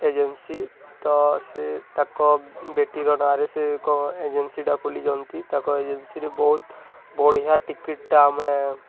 agency ତ ସେ ତାଙ୍କ ବେଟିର ନାଁରେ ସେ କଁ ଏଜେନ୍ସିଟା ଖୋଲିଛନ୍ତି ତାଙ୍କ ଏଜେନ୍ସିରେ ବହୁତ ବଢ଼ିଆ ଟିକେଟ୍ଟା ଆମେ